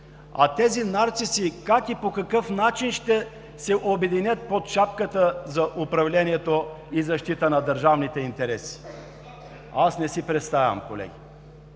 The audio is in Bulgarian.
Тези нарциси, как и по какъв начин ще се обединят под шапката за управлението и защита на държавните интереси? Аз не си представям, колеги,